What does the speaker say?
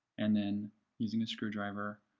and then using a screw driver,